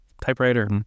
typewriter